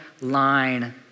line